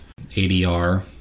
ADR